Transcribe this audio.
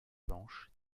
blanches